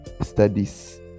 studies